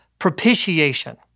propitiation